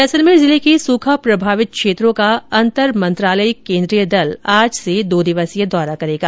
जैसलमेर जिले के सूखा प्रभावित क्षेत्रों का अंतर मंत्रालयिक केन्द्रीय दल आज से दो दिवसीय दौरा करेगा